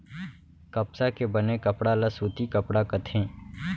कपसा के बने कपड़ा ल सूती कपड़ा कथें